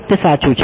તે સાચું છે